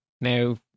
now